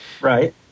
Right